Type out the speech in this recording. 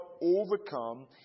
overcome